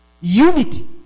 Unity